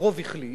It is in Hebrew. הרוב החליט.